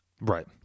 Right